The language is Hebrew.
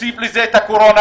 תוסיף לזה את הקורונה,